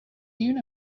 you